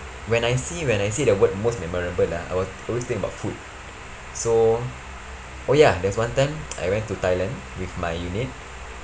when I see when I say the word most memorable lah I will always think about food so oh ya there's one time I went to thailand with my unit